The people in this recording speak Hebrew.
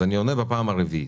אז אני עונה בפעם הרביעית.